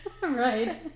right